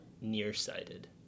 nearsighted